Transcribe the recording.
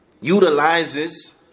utilizes